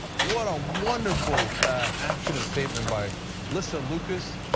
what a wonderful action and statement by lissa lucas,